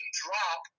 drop